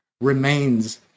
remains